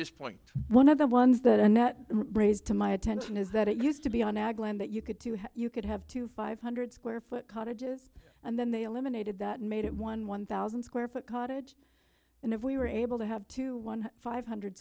point one of the ones that annette raised to my attention is that it used to be on ag land that you could do you could have two five hundred square foot cottages and then they eliminated that made it one one thousand square foot cottage and if we were able to have two one five hundred